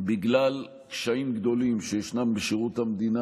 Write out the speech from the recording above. בגלל קשיים גדולים שישנם בשירות המדינה